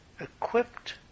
equipped